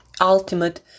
ultimate